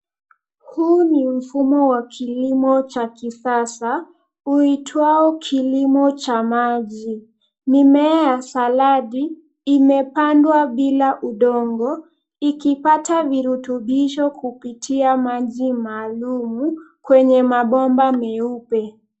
Huu ni mfumo wa kilimo cha kisasa huitwao kilimo cha maji. Mimea ya saladi imepandwa bila udongo, ikipata virutubisho kupitia maji maalum kwenye mabomba meupe.